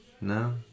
No